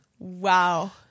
Wow